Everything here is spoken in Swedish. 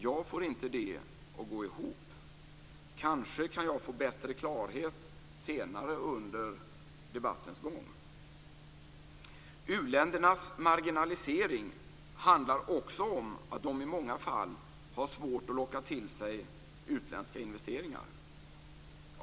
Jag får inte detta att gå ihop. Kanske kan jag få större klarhet senare under debattens gång. U-ländernas marginalisering handlar också om att de i många fall har svårt att locka till sig utländska investeringar.